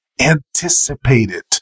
anticipated